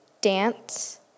dance